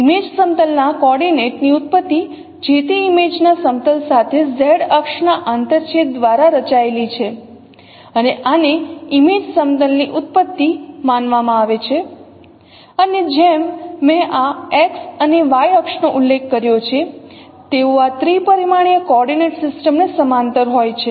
image સમતલ ના coordinate ની ઉત્પત્તિ જે તે ઇમેજ ના સમતલ સાથે Z અક્ષના આંતરછેદ દ્વારા રચાયેલી છે અને આને ઇમેજ સમતલ ની ઉત્પત્તિ માનવામાં આવે છે અને જેમ મેં આ X અને Y અક્ષનો ઉલ્લેખ કર્યો છે તેઓ આ ત્રિપરિમાણીય કોઓર્ડિનેટ સિસ્ટમ ને સમાંતર હોય છે